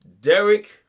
Derek